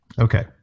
Okay